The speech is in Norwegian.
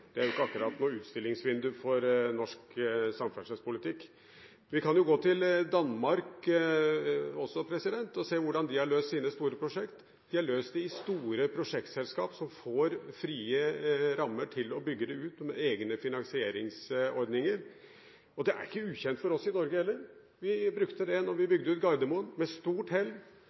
utstillingsvindu for norsk samferdselspolitikk. Vi kan jo gå til Danmark også og se hvordan de har løst sine store prosjekter. De har løst dem ved store prosjektselskaper som får frie rammer til å bygge dem ut med egne finansieringsordninger. Det er ikke ukjent for oss i Norge heller. Vi brukte det da vi bygde ut Gardermoen – med stort hell.